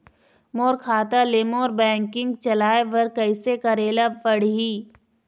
मोर खाता ले मोर बैंकिंग चलाए बर कइसे करेला पढ़ही?